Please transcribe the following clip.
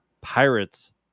Pirates